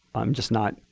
i'm just not,